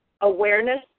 awareness